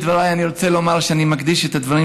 בדבריי אני רוצה לומר שאני מקדיש את הדברים